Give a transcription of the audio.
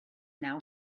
now